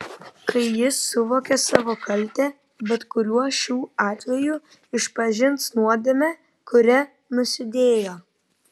kai jis suvokia savo kaltę bet kuriuo šių atvejų išpažins nuodėmę kuria nusidėjo